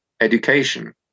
education